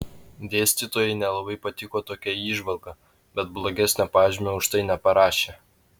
dėstytojai nelabai patiko tokia įžvalga bet blogesnio pažymio už tai neparašė